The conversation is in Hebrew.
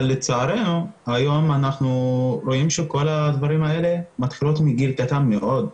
אבל לצערנו היום אנחנו רואים שכל הדברים האלה מתחילים מגיל קטן מאוד.